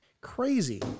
Crazy